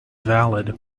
valid